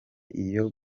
iyo